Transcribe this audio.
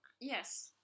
Yes